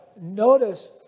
Notice